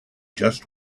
just